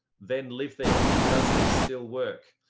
then live there. does this still work?